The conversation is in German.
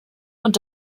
und